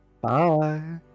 Bye